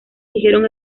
dijeron